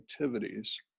activities